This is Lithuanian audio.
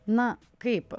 na kaip